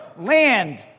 Land